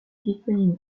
disponible